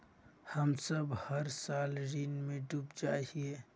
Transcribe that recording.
हम सब हर साल ऋण में डूब जाए हीये?